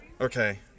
Okay